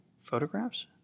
photographs